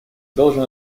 должен